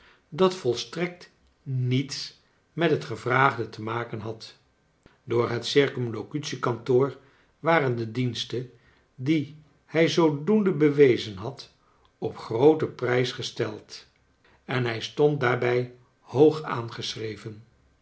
dat volstrekt niets met bet gevraagde te maken had door het circumlocutiekantoor waren de diensten die hij zoodoende bewezen bad op grooten prijs gesteld en hij stond daarblj hoog aangeschreven